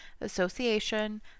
association